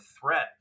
threat